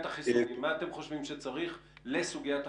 החיסונים מה אתם חושבים שצריך לסוגית החיסונים,